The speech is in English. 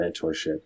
mentorship